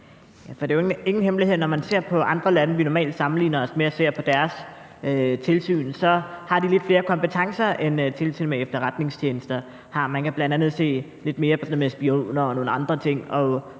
Det er jo ingen hemmelighed, at når man ser på andre lande, som vi normalt sammenligner os med, og ser på deres tilsyn, har de lidt flere kompetencer, end Tilsynet med Efterretningstjenesterne har. Man kan bl.a. se lidt mere om sådan noget med spioner